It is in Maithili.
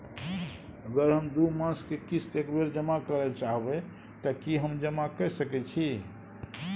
अगर हम दू मास के किस्त एक बेर जमा करे चाहबे तय की हम जमा कय सके छि?